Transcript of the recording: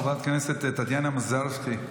חברת הכנסת טטיאנה מזרסקי,